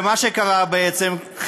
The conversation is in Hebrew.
מה שקרה בעצם,